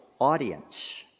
audience